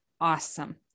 awesome